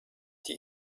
die